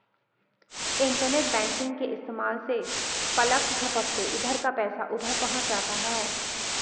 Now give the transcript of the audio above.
internet banking के इस्तेमाल से पलक झपकते इधर का पैसा उधर पहुँच जाता है